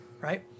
right